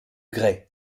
grès